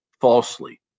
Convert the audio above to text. falsely